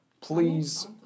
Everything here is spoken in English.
Please